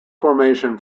formation